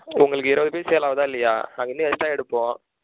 உங்களுக்கு இருவது பேர் சேல்லாவுதா இல்லையா நாங்கள் இன்னும் எக்ஸ்ட்ரா எடுப்போம்